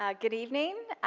ah good evening.